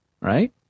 Right